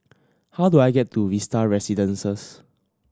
how do I get to Vista Residences